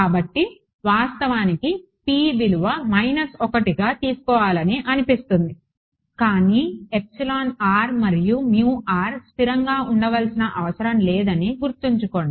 కాబట్టి వాస్తవానికి p విలువ 1గా తీసుకోవాలని అనిపిస్తుంది కానీ మరియు స్థిరంగా ఉండవలసిన అవసరం లేదని గుర్తుంచుకోండి